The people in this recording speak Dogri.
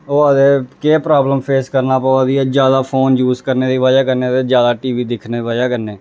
होआ दे केह् प्राब्लम फेस करना पवा दियां जादा फोन यूस करने दी बजह कन्नै ते जादा टी वी दिक्खने दी बजह् कन्नै